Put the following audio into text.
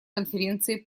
конференции